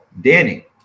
Danny